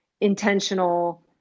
intentional